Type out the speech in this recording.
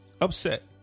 Upset